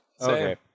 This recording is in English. Okay